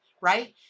right